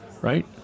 right